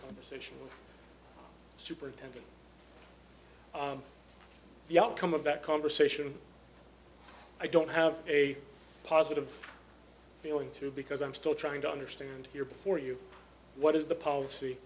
conversation superintendent the outcome of that conversation i don't have a positive feeling too because i'm still trying to understand here before you what is the policy